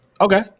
Okay